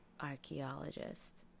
archaeologists